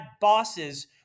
bosses